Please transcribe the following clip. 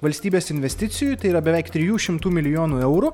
valstybės investicijų tai yra beveik tryjų šimtų milijonų eurų